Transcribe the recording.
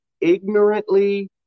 ignorantly